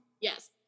Yes